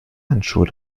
handschuhe